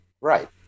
Right